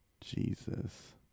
Jesus